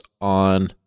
on